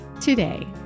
today